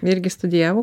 irgi studijavo